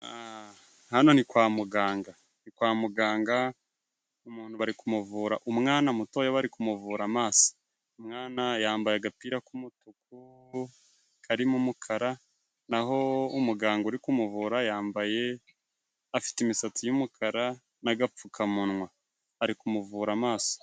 Hano ni kwa muganga, kwa muganga bari kumuvura, umwana mutoya bari kumuvura amaso, umwana yambaye agapira k'umutuku karimo umukara naho umuganga uri kumuvura yambaye afite imisatsi y'umukara n'agapfukamunwa, ari kumuvura amaso.